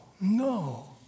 no